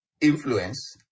influence